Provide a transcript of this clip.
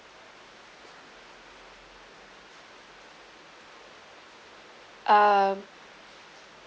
um